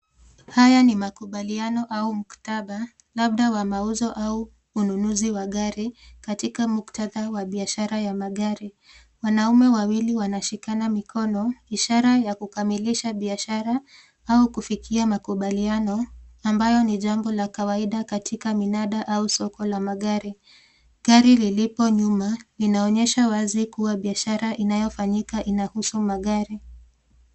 Haya ni makubaliano au muktaba, labda wa mauzo au ununuzi wa gari katika muktadha wa biashara ya magari. Wanaume wawili wanashikana mikono, ishara ya kukamilisha biashara au kufikia makubaliano ambayo ni jambo la kawaida katika minada au soko la magari. Gari lilipo nyuma linaonyesha wazi kua biashara inayofanyika inahusu magari.